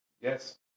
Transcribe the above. Yes